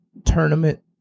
tournament